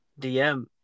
DM